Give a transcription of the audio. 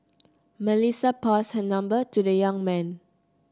Melissa passed her number to the young man